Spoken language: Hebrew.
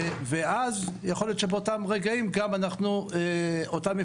ואז יכול להיות שבאותם רגעים אותם מפעלים